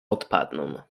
odpadną